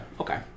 okay